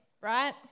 right